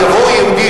אם יבואו יהודים,